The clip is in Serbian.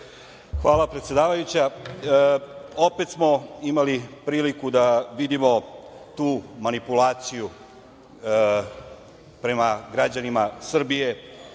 Hvala, predsedavajuća. Opet smo imali priliku da vidimo tu manipulaciju prema građanima Srbije